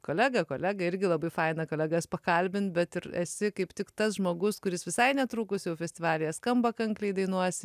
kolega kolega irgi labai faina kolegas pakalbint bet ir esi kaip tik tas žmogus kuris visai netrukus jau festivalyje skamba kankliai dainuosi